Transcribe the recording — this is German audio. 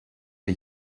wir